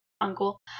uncle